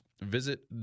Visit